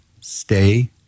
stay